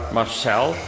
Marcel